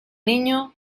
niño